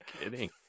kidding